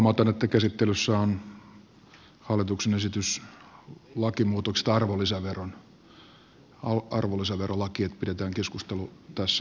huomautan että käsittelyssä on hallituksen esitys lakimuutoksesta arvonlisäverolakiin niin että pidetään keskustelu tässä aiheessa